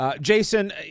Jason